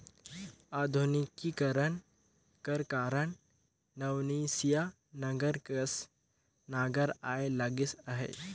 आधुनिकीकरन कर कारन नवनसिया नांगर कस नागर आए लगिस अहे